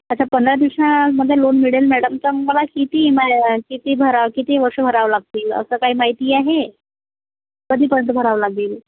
अच्छा पंधरा दिवसामध्ये लोन मिळेल मॅडम तर मला किती इमाय किती भराव किती वर्ष भराव लागतील असं काही माहिती आहे कधीपर्यंत भरावं लागेल